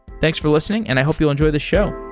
thanks for listening and i hope you'll enjoy this show.